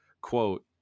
quote